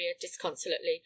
disconsolately